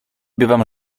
bywam